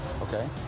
Okay